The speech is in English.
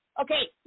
okay